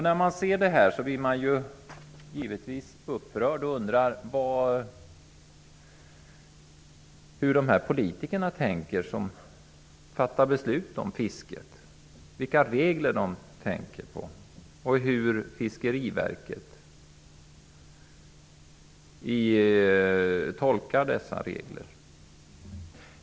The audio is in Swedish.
När man ser detta blir man givetvis upprörd och undrar hur de politiker som fattar beslut om fisket tänker. Man undrar vilka regler de går efter och hur Fiskeriverket tolkar dessa regler.